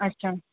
अच्छा